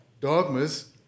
Dogmas